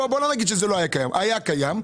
היה קיים,